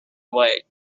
wide